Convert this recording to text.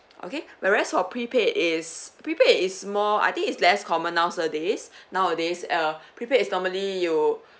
okay whereas for prepaid it's prepaid is more I think is less common nowadays nowadays uh prepaid is normally you uh